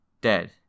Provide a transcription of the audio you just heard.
dead